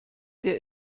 der